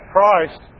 Christ